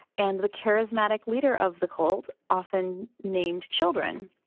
and the charismatic leader of the cult often named children.